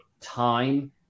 time